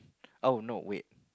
oh no wait